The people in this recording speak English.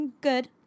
good